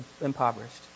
impoverished